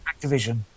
Activision